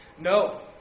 No